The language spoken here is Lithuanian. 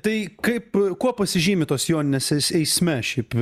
tai kaip kuo pasižymi tos joninės es eisme šiaip